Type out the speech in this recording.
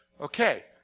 Okay